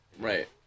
right